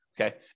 okay